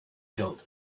killed